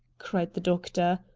cried the doctor.